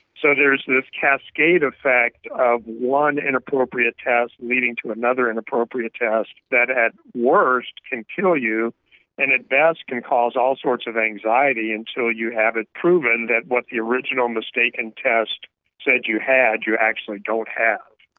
so there's this cascade effect of one inappropriate test leading to another inappropriate test that at worst can kill you and at best can cause all sorts of anxiety until you have it proven that what the original mistaken test said you had, you actually don't have.